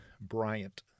Bryant